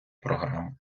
програми